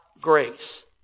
grace